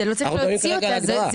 אנחנו מדברים כרגע על ההגדרה.